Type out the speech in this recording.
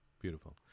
Beautiful